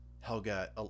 Helga